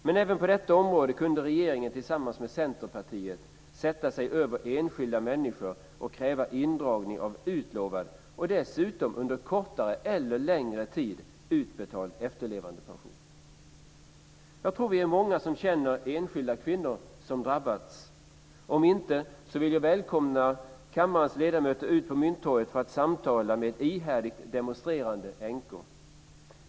Men även på detta område kunde regeringen tillsammans med Centerpartiet sätta sig över enskilda människor och kräva indragning av utlovad och dessutom under kortare eller längre tid utbetald efterlevandepension. Jag tror att vi är många som känner enskilda kvinnor som drabbats. Om inte vill jag välkomna kammarens ledamöter ut på Mynttorget för att samtala med ihärdigt demonstrerande änkor.